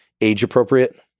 age-appropriate